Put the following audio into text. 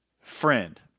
friend